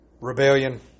rebellion